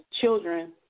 children